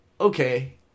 okay